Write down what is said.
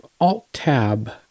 Alt-Tab